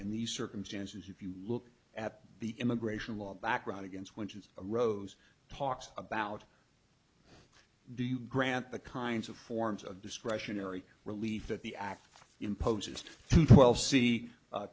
in these circumstances if you look at the immigration law background against which is rose talks about do you grant the kinds of forms of discretionary relief that the act imposes well see